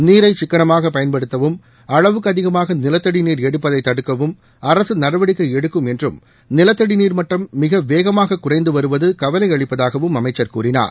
நீரை சிக்கனமாக பயன்படுத்தவும் அளவுக்கு அதிகமாக நிலத்தடி நீர் எடுப்பதை தடுக்கவும் அரசு நடவடிக்கை எடுக்கும் என்றும் நிலத்தடி நீர் மட்டம் மிக வேகமாக குறைந்து வருவது கவலையளிப்பதாகவும் அமைச்சர் கூறினார்